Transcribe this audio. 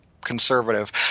conservative